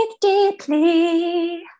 deeply